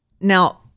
now